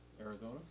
Arizona